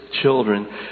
children